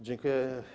Dziękuję.